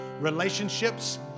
relationships